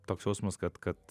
toks jausmas kad kad